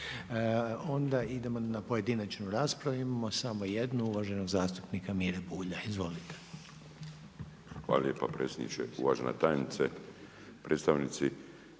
onda idemo na pojedinačnu raspravu. Imamo samo jednu, uvaženog zastupnika Mire Bulja. Izvolite. **Bulj, Miro (MOST)** Hvala lijepa predsjedniče. Uvažena tajnice, predstavnici